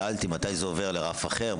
שאלתי, מתי זה עובר לרף אחר?